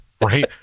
Right